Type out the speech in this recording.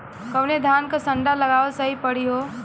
कवने धान क संन्डा लगावल सही परी हो?